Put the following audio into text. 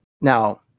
Now